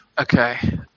Okay